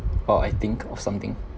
or I think of something